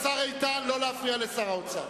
השר איתן, לא להפריע לשר האוצר.